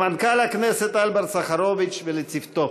למנכ"ל הכנסת אלברט סחרוביץ ולצוותו,